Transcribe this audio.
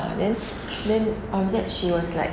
then uh then after that she was like